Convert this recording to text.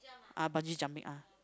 ah bungee jumping ah